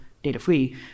data-free